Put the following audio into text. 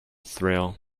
thrill